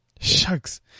Shucks